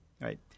right